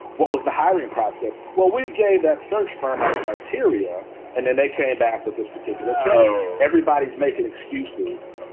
what was the hiring process? well, we gave that search firm our criteria and then they came back with this particular candidate. everybody's making excuses.